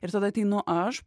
ir tada ateinu aš